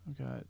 Okay